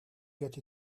get